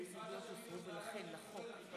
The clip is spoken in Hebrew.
ליפעת שאשא ביטון זה היה מחיר כבד.